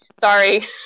sorry